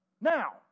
Now